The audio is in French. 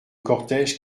cortège